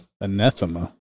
Anathema